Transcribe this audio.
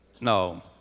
No